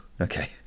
Okay